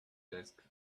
desk